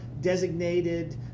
designated